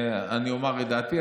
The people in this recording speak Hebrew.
אני אומר את דעתי,